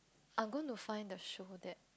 I'm going to find the show that